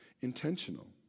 Intentional